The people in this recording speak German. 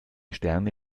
sterne